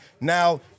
Now